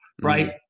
Right